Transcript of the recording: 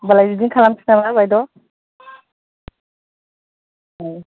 होमबालाय बिदिनो खालामसै नामा बायद' औ